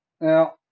Now